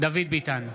דוד ביטן,